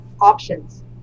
options